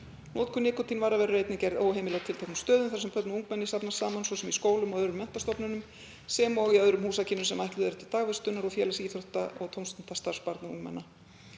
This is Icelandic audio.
Notkun nikótínvara verður einnig gerð óheimil á tilteknum stöðum þar sem börn og ungmenni safnast saman, svo sem í skólum og öðrum menntastofnunum, sem og í öðrum húsakynnum sem ætluð eru til dagvistunar og félags-, íþrótta- og tómstundastarfs barna og ungmenna.